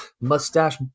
mustache